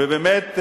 ובאמת,